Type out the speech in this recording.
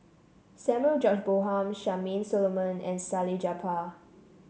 Samuel George Bonham Charmaine Solomon and Salleh Japar